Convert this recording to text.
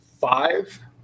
five